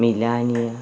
Melania